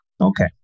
Okay